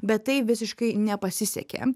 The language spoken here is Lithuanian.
bet tai visiškai nepasisekė